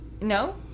No